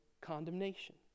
condemnation